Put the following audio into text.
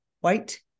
White